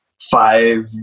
five